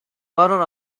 corner